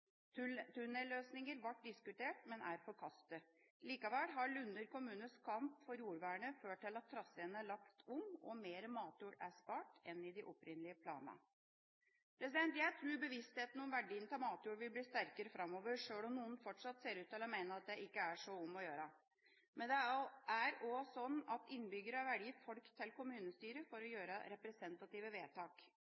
Tunnelløsninger ble diskutert, men ble forkastet. Likevel har Lunner kommunes kamp for jordvernet ført til at traseen er lagt om og mer matjord er spart enn i de opprinnelige planene. Jeg tror bevisstheten om verdien av matjord vil bli sterkere framover, sjøl om noen fortsatt ser ut til å mene at det ikke er så om å gjøre. Men det er også slik at innbyggere velger folk til kommunestyret for å